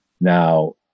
Now